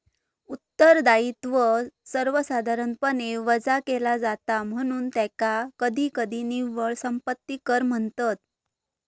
उत्तरदायित्व सर्वसाधारणपणे वजा केला जाता, म्हणून त्याका कधीकधी निव्वळ संपत्ती कर म्हणतत